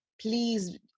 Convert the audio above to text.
please